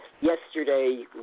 Yesterday